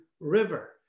River